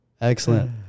Excellent